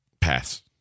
Pass